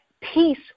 Peace